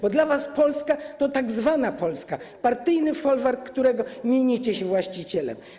Bo dla was Polska to tzw. Polska, partyjny folwark, którego mienicie się właścicielem.